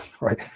right